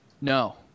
No